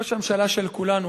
ראש הממשלה של כולנו,